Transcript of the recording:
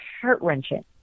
heart-wrenching